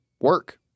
work